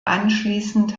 anschließend